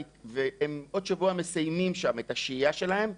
והם עוד שבוע מסיימים את השהייה שלהם שם,